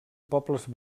pobles